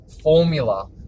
formula